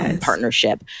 partnership